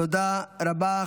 תודה רבה.